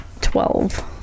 Twelve